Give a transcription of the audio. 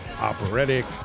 operatic